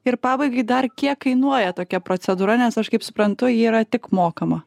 ir pabaigai dar kiek kainuoja tokia procedūra nes aš kaip suprantu ji yra tik mokama